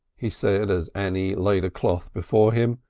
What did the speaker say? he said as annie laid a cloth before him.